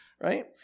right